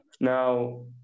Now